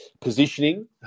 positioning